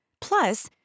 Plus